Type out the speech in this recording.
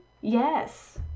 Yes